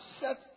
set